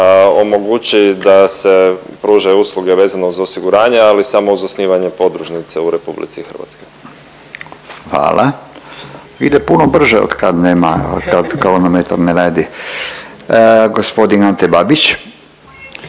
omogući da se pružaju usluge vezano uz osiguranje ali samo uz osnivanje podružnice u RH. **Radin, Furio (Nezavisni)** Hvala. Ide puno brže, od kad nema, od kad kronometar ne radi. Gospodin Ante Babić.